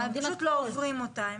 הם פשוט לא עוברים אותה.